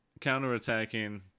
counterattacking